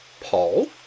Paul